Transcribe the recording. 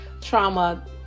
trauma